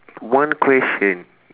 one question